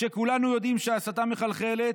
כשכולנו יודעים שההסתה מחלחלת,